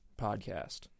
podcast